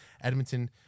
Edmonton